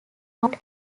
out